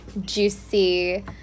juicy